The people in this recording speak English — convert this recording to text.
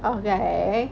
okay